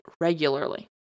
regularly